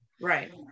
right